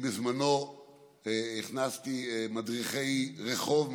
בזמנו אני הכנסתי מדריכי רחוב,